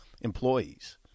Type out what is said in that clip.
employees